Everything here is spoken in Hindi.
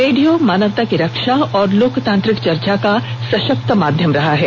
रेडियो मानवता की रक्षा और लोकतांत्रिक चर्चा का सशक्त माध्यम रहा है